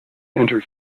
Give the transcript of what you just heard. enter